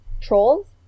Trolls